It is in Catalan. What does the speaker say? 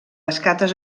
escates